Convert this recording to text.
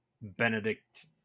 Benedict